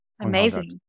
Amazing